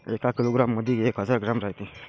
एका किलोग्रॅम मंधी एक हजार ग्रॅम रायते